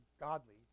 godly